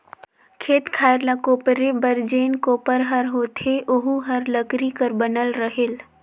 खेत खायर ल कोपरे बर जेन कोपर हर होथे ओहू हर लकरी कर बनल रहेल